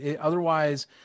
Otherwise